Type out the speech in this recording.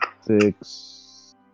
six